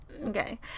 Okay